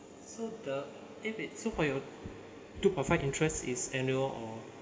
so the if it so for your two point five interest is annual or